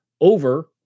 over